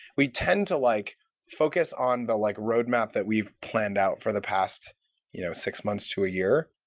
we tend to like focus on the like roadmap that we've planned out for the past you know six months, to a year,